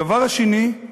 הדבר השני,